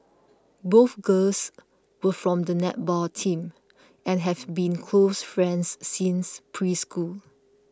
both girls were from the netball team and have been close friends since preschool